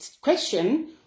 question